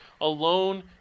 alone